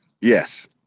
Yes